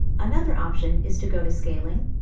another option is to go to scaling.